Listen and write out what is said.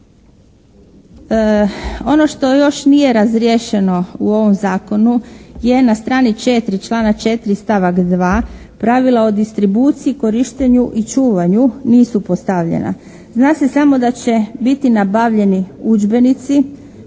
Ono što još nije razriješeno u ovom Zakonu je na strani 4, članak 4. stavak 2., pravila o distribuciji, korištenju i čuvanju nisu postavljena. Zna se samo da će biti nabavljeni udžbenici.